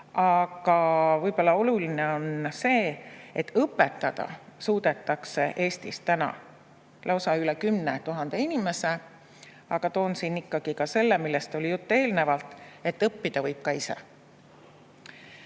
Võib-olla oluline on see, et õpetada suudetakse Eestis täna lausa üle 10 000 inimese. Aga toon siin ikkagi välja selle, millest oli juttu eelnevalt, et õppida võib ka ise.